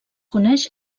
coneix